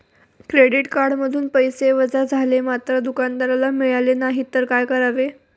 Credit कार्डमधून पैसे वजा झाले मात्र दुकानदाराला मिळाले नाहीत तर काय करावे?